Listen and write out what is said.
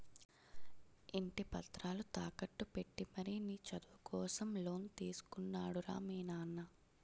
ఇంటి పత్రాలు తాకట్టు పెట్టి మరీ నీ చదువు కోసం లోన్ తీసుకున్నాడు రా మీ నాన్న